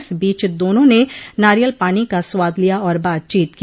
इस बीच दोनों ने नारियल पानी का स्वाद लिया और बातचीत की